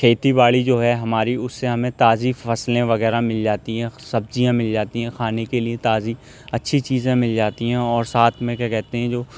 کھیتی باڑی جو ہے ہماری اس سے ہمیں تازی فصلیں وغیرہ مل جاتی ہیں سبزیاں مل جاتی ہیں کھانے کے لیے تازی اچھی چیزیں مل جاتی ہیں اور ساتھ میں کیا کہتے ہیں جو